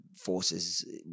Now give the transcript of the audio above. forces